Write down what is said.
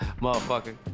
motherfucker